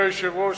אדוני היושב-ראש,